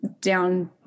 down